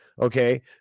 okay